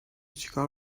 چیکار